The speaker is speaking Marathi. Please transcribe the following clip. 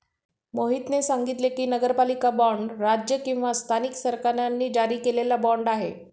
मोहितने सांगितले की, नगरपालिका बाँड राज्य किंवा स्थानिक सरकारांनी जारी केलेला बाँड आहे